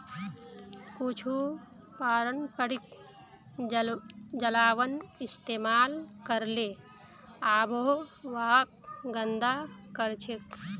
कुछू पारंपरिक जलावन इस्तेमाल करले आबोहवाक गंदा करछेक